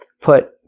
put